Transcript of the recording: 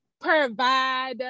provide